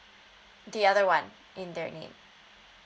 the other one in their name